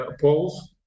polls